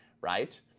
right